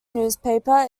newspaper